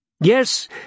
Yes